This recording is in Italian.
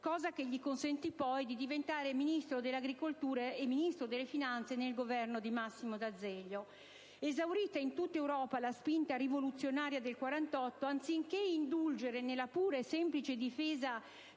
cosa che gli consente poi di diventare Ministro dell'agricoltura e Ministro delle finanze nel Governo di Massimo D'Azeglio. Esaurita in tutta Europa la spinta rivoluzionaria del 1848, anziché indulgere nella pura e semplice difesa